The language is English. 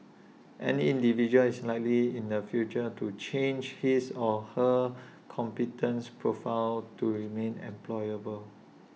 any individual is likely in the future to change his or her competence profile to remain employable